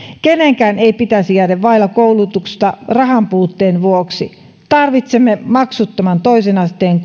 kenenkään ei pitäisi jäädä vaille koulutusta rahan puutteen vuoksi tarvitsemme maksuttoman toisen asteen